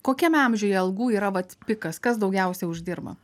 kokiame amžiuje algų yra vat pikas kas daugiausia uždirba